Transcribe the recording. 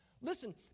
Listen